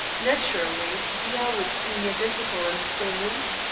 naturally, the hours being identical in the same week,